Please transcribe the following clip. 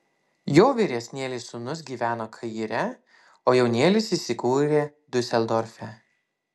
jo vyresnėlis sūnus gyveno kaire o jaunėlis įsikūrė diuseldorfe